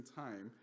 time